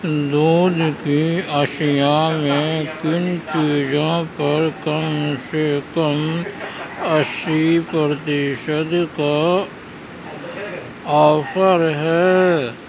دودھ کی اشیا میں کن چیزوں پر کم سے کم اسی پرتیشت کا آفر ہے